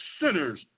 sinners